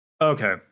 Okay